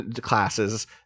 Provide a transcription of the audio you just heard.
classes